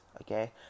okay